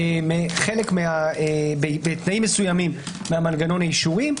חלק בתנאים מסוימים ממנגנון האישורים,